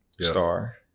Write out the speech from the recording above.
star